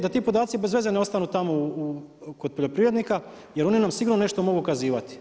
Da ti podaci bezveze ne ostanu tamo kod poljoprivrednika, jer oni nam sigurno nešto mogu ukazivati.